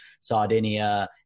Sardinia